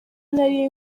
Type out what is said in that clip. nari